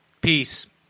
peace